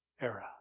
era